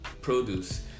produce